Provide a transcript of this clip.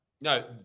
No